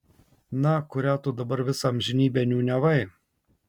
na kurią tu dabar visą amžinybę niūniavai